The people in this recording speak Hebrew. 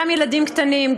גם ילדים קטנים,